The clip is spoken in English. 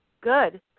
Good